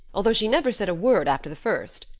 although she never said a word after the first.